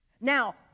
Now